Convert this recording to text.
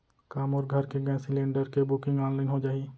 का मोर घर के गैस सिलेंडर के बुकिंग ऑनलाइन हो जाही?